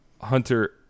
Hunter